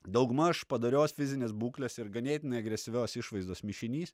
daugmaž padorios fizinės būklės ir ganėtinai agresyvios išvaizdos mišinys